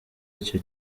icyo